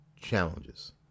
challenges